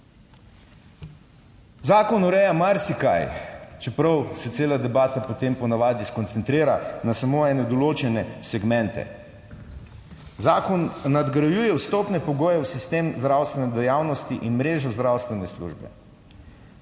Zakon ureja marsikaj, čeprav se cela debata potem po navadi skoncentrira na samo ene določene segmente. Zakon nadgrajuje vstopne pogoje v sistem zdravstvene dejavnosti in mrežo zdravstvene službe,